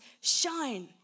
shine